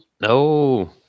No